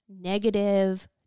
negative